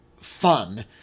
fun